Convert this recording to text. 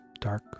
Dark